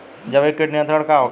जैविक कीट नियंत्रण का होखेला?